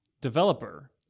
developer